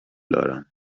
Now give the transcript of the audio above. دارم